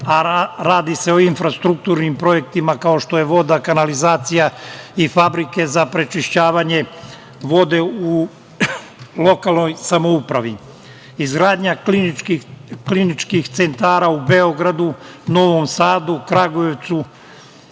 a radi se o infrastrukturnim projektima kao što je voda, kanalizacija i fabrike za prečišćavanje vode u lokalnoj samoupravi. Izgradnja kliničkih centara u Beogradu, Novom Sadu, Kragujevcu,